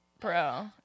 Bro